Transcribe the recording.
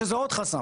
שזה עוד חסם.